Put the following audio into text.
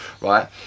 right